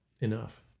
enough